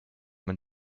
man